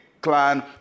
clan